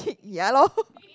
ya lor